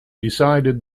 decided